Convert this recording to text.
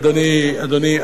אדוני,